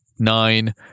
Nine